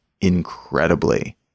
incredibly